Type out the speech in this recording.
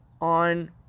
on